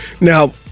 Now